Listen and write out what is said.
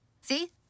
See